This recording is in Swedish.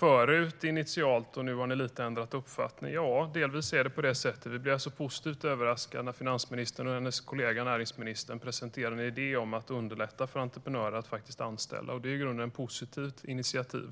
men att vi nu har ändrat uppfattning lite grann. Ja, delvis är det på det sättet. Vi blev alltså positivt överraskade när finansministern och hennes kollega näringsministern presenterade en idé om att regeringen skulle underlätta för entreprenörer att faktiskt anställa. Det är i grunden ett positivt initiativ.